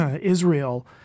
Israel